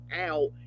out